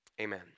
amen